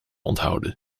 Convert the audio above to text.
onthouden